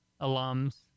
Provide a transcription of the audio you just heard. alums